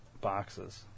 boxes